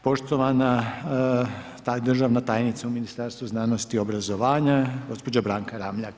Poštovana državna tajnica u Ministarstvu znanosti i obrazovanja gospođa Branka Ramljak.